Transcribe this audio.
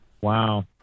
Wow